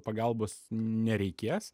pagalbos nereikės